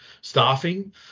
staffing